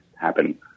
happen